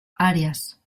arias